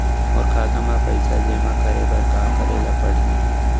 मोर खाता म पइसा जेमा करे बर का करे ल पड़ही?